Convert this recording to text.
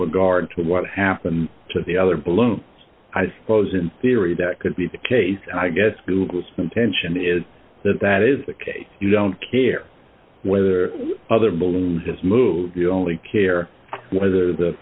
regard to what happened to the other balloon i suppose in theory that could be the case and i guess do some tension is that that is the case you don't care whether other buildings just move you only care whether the